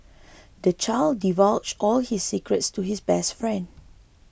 the child divulged all his secrets to his best friend